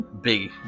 Big